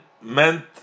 meant